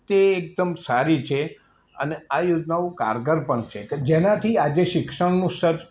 તે એકદમ સારી છે અને આ યોજનાઓ કારગર પણ છે કે જેનાથી આજે શિક્ષણનું સર્ચ